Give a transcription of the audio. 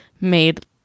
made